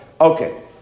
Okay